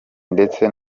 ndetse